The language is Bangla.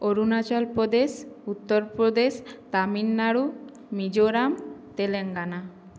অরুণাচল প্রদেশ উত্তরপ্রদেশ তামিলনাড়ু মিজোরাম তেলেঙ্গানা